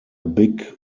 big